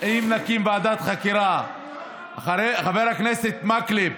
אם נקים ועדת חקירה אחרי, חבר הכנסת מקלב,